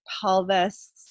pelvis